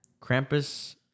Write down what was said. Krampus